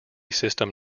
system